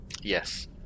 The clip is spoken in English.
yes